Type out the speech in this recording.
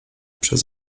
przez